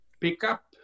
pickup